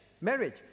Marriage